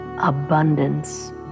Abundance